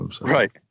Right